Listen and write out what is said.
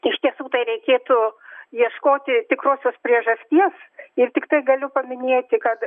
iš tiesų tai reikėtų ieškoti tikrosios priežasties ir tiktai galiu paminėti kad